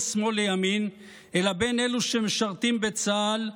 שמאל לימין אלא בין אלו שמשרתים בצה"ל,